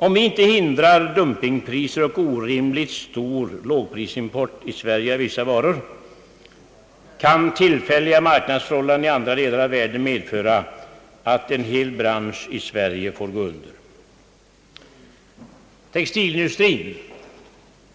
Om vi inte förhindrar dumpingpriser och orimligt stor lågprisimport till Sverige av vissa varor, kan tillfälliga marknadsförhållanden i andra delar av världen medföra att en hel bransch i Sverige får gå under. Textilindusirien